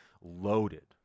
loaded